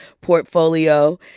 portfolio